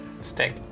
Stick